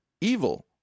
evil